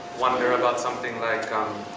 wonder about something like,